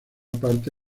parte